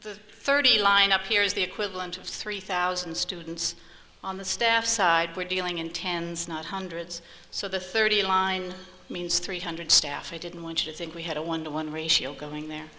the thirty line up here is the equivalent of three thousand students on the staff side we're dealing in tens not hundreds so the thirty line means three hundred staff i didn't want you to think we had a one to one ratio going there